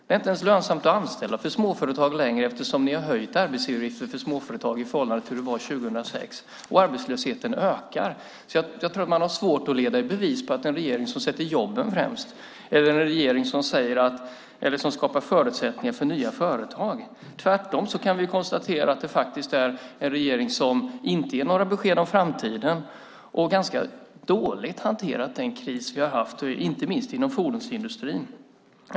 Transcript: Det är inte ens lönsamt för småföretag att anställa längre, eftersom ni har höjt arbetsgivaravgiften för småföretag i förhållande till hur det var 2006. Arbetslösheten ökar. Jag tror alltså att man har svårt att leda i bevis att detta är en regering som sätter jobben främst eller skapar förutsättningar för nya företag. Tvärtom kan vi konstatera att det är en regering som inte ger några besked om framtiden och som har hanterat den kris vi har haft inte minst inom fordonsindustrin ganska dåligt.